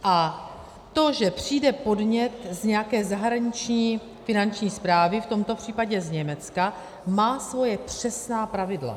A to, že přijde podnět z nějaké zahraniční finanční správy, v tomto případě z Německa, má svoje přesná pravidla.